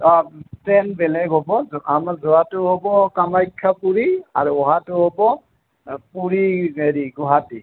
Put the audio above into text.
অঁ ট্ৰেইন বেলেগ হ'ব আমাৰ যোৱাটো হ'ব কামাখ্যা পুুৰী আৰু অহাটো হ'ব পুৰী হেৰি গুৱাহাটী